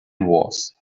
was